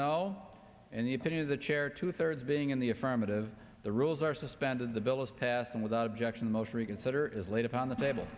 no and the opinion of the chair two thirds being in the affirmative the rules are suspended the bill is passed and without objection motion reconsider is laid upon the table